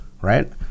right